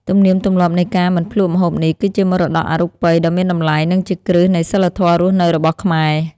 ទំនៀមទម្លាប់នៃការមិនភ្លក្សម្ហូបនេះ គឺជាមរតកអរូបីដ៏មានតម្លៃ និងជាគ្រឹះនៃសីលធម៌រស់នៅរបស់ខ្មែរ។